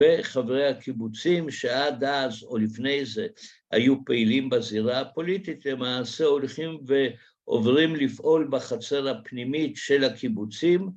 וחברי הקיבוצים שעד אז או לפני זה היו פעילים בזירה הפוליטית למעשה הולכים ועוברים לפעול בחצר הפנימית של הקיבוצים.